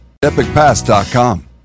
EpicPass.com